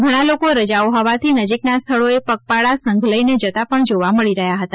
ઘણા લોકો રજાઓ હોવાથી નજીકના સ્થળોએ પગપાળા સંઘ લઇને જતા પણ જોવા મળી રહ્યા હતા